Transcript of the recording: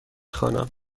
خوانم